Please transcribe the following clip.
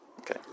Okay